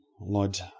Lord